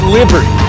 liberty